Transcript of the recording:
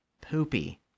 poopy